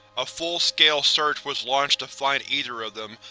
a full scale search was launched to find either of them,